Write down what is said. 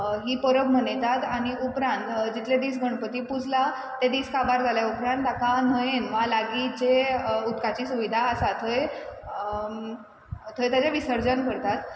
ही पद्दत मनयतात आनी उपरांत जितल्या दीस गणपती पुजला ते दीस काबार जाल्या उपरांत तेका न्हंयेन वा लागींच्या उदकाची सुविधा आसा थंय थंय तेजे विसर्जन करतात